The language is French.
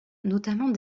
notamment